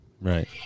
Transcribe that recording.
Right